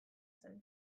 zen